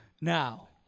Now